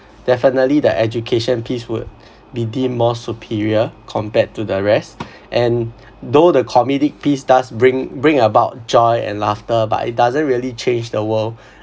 definitely the education peace would be deemed more superior compared to the rest and though the comedic piece does bring bring about joy and laughter but it doesn't really change the world